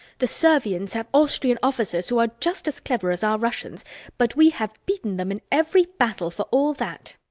the servians have austrian officers who are just as clever as our russians but we have beaten them in every battle for all that.